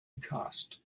cast